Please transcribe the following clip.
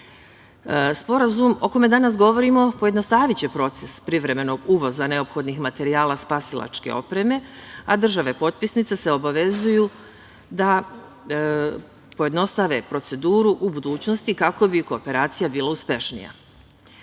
opreme. Sporazum o kome danas govorimo pojednostaviće proces privremenog uvoza neophodnih materijala spasilačke opreme, a države potpisnice se obavezuju da pojednostave proceduru u budućnosti kako bi kooperacija bila